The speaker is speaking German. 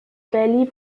valley